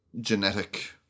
genetic